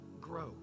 grow